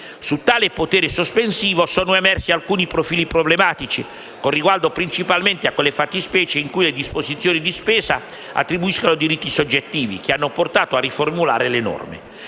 Su tale potere sospensivo sono emersi alcuni profili problematici, con riguardo principalmente a quelle fattispecie in cui le disposizioni di spesa attribuiscano diritti soggettivi, che hanno portato a riformulare le norme.